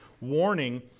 warning